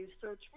search